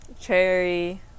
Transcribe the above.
cherry